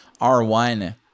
R1